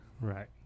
right